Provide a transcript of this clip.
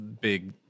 big